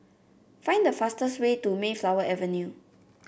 find the fastest way to Mayflower Avenue